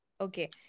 Okay